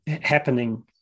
happening